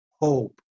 hope